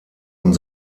und